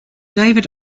david